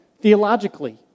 theologically